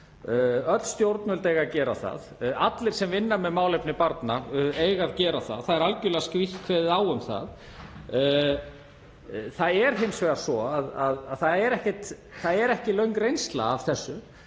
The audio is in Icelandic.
Öll stjórnvöld eiga að gera það. Allir sem vinna með málefni barna eiga að gera það. Það er algerlega skýrt kveðið á um það. Það er hins vegar svo að það er ekki löng reynsla af þessu.